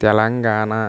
Telangana